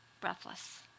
breathless